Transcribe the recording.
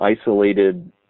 isolated